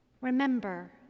Remember